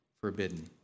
forbidden